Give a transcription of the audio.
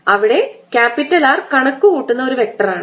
അവിടെ R ഞാൻ കണക്കുകൂട്ടുന്ന ഒരു വെക്റ്ററാണ്